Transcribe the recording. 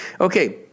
Okay